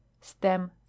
stem